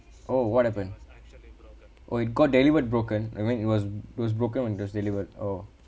oh what happen oh it got delivered broken I mean it was was broken when it was delivered oh